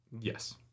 Yes